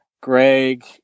Greg